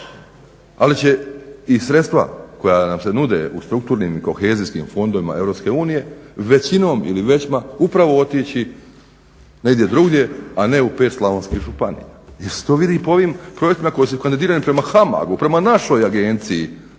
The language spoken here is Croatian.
ali će i sredstva koja nam se nude u strukturnim i kohezijskim fondovima EU većinom upravo otići negdje drugdje a ne u 5 slavonskih županija. Jer se to vidi po ovom projektima koji su kandidirani prema HAMAG-u prema našoj agenciji,